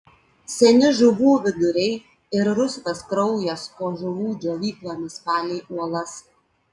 seni žuvų viduriai ir rusvas kraujas po žuvų džiovyklomis palei uolas